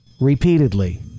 Repeatedly